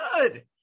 good